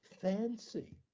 fancy